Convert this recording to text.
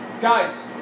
Guys